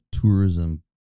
tourism